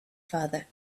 father